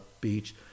beach